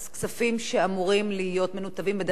כספים שאמורים להיות מנותבים בדרך כלל למערכת החינוך ינציחו מצד אחד,